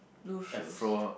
blue shoes